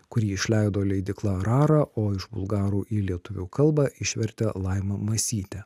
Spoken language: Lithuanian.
kurį išleido leidykla rara iš bulgarų į lietuvių kalbą išvertė laima masytė